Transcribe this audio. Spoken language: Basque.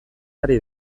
ari